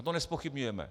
To nezpochybňujeme.